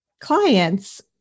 clients